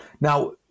Now